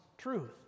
truth